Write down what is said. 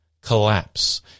collapse